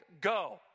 go